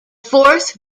fourth